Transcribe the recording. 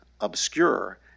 obscure